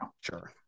sure